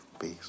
Peace